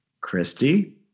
Christy